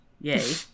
Yay